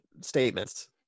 statements